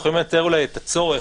אנחנו יכולים לייתר אולי את הצורך,